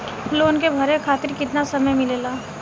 Loan के भरे खातिर कितना समय मिलेला?